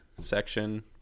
section